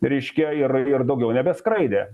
reiškia ir ir daugiau nebeskraidė